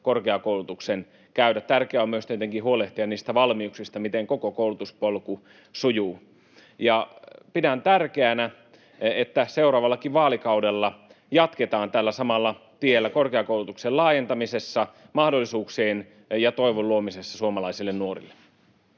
korkeakoulutuksen käydä. Tärkeää on myös tietenkin huolehtia niistä valmiuksista, miten koko koulutuspolku sujuu. Pidän tärkeänä, että seuraavallakin vaalikaudella jatketaan tällä samalla tiellä, korkeakoulutuksen laajentamisessa ja mahdollisuuksien ja toivon luomisessa suomalaisille nuorille.